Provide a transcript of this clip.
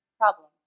problems